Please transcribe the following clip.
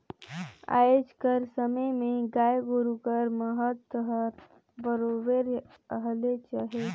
आएज कर समे में गाय गरू कर महत हर बरोबेर हलेच अहे